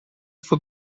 fue